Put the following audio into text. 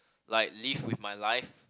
like live with my life